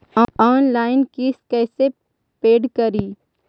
Online किस्त कैसे paid करि?